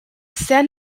san